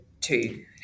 two